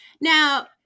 Now